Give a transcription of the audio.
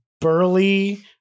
Burly